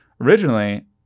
originally